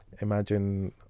imagine